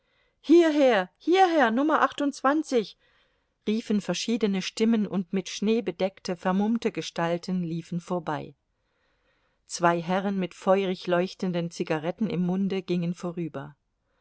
hierher hierher nummer riefen verschiedene stimmen und mit schnee bedeckte vermummte gestalten liefen vorbei zwei herren mit feurig leuchtenden zigaretten im munde gingen vorüber